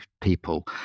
people